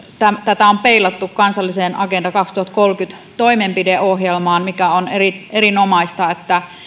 tätä on peilattu kansalliseen agenda kaksituhattakolmekymmentä toimenpideohjelmaan ja on erinomaista että